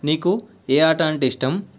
నీకు ఏ ఆట అంటే ఇష్టం